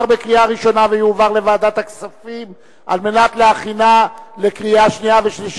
לוועדת הכספים נתקבלה ברוב של 30,